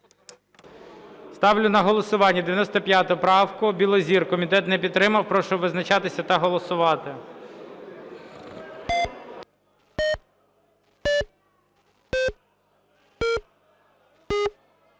Ставлю на голосування 95 праву Білозір. Комітет не підтримав. Прошу визначатися та голосувати.